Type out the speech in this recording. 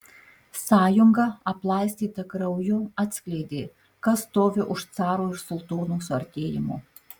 sąjunga aplaistyta krauju atskleidė kas stovi už caro ir sultono suartėjimo